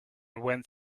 went